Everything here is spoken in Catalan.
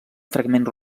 fragments